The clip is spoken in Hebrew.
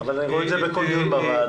אני רואה את זה בכל יום בוועדה.